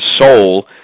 soul